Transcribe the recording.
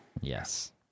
Yes